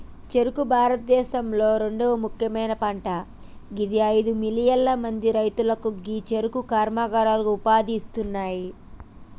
చెఱుకు భారతదేశంలొ రెండవ ముఖ్యమైన పంట గిది అయిదు మిలియన్ల మంది రైతులకు గీ చెఱుకు కర్మాగారాలు ఉపాధి ఇస్తున్నాయి